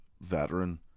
veteran